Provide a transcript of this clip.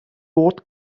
oat